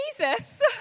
Jesus